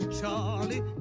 Charlie